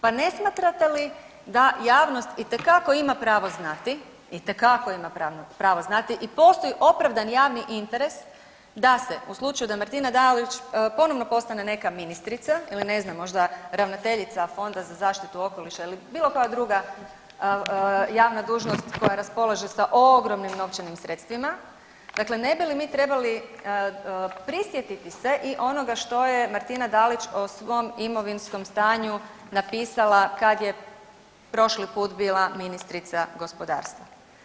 Pa ne smatrate li da javnost itekako ima pravo znati, itekako ima pravo znati i postoji opravdani javni interes da se u slučaju da Martina Dalić ponovno postane neka ministrica ili ne znam, možda ravnateljica Fonda za zaštitu okoliša ili bilo koja druga javna dužnost koja raspolaže sa ogromnim novčanim sredstvima, dakle ne bi li mi trebali prisjetiti se i onoga što je Martina Dalić o svom imovinskom stanju napisala kad je prošli put bila ministrica gospodarstva?